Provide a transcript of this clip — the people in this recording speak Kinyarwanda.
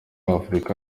africa